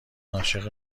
عاشق